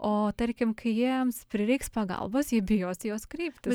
o tarkim kai jiems prireiks pagalbos jie bijos į juos kreiptis